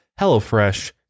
HelloFresh